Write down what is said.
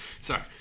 Sorry